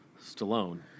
Stallone